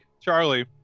Charlie